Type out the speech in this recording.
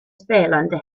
spelande